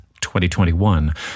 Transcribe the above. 2021